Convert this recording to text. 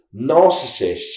narcissists